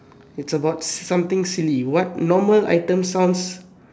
it's about something silly what normal item sounds